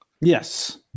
Yes